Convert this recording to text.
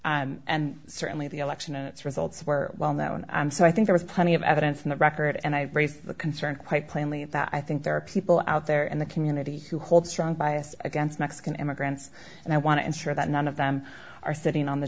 events and certainly the election and its results were well known so i think there is plenty of evidence in the record and i raise the concern quite plainly that i think there are people out there in the community who hold strong bias against mexican immigrants and i want to ensure that none of them are sitting on the